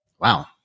Wow